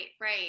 right